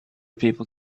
people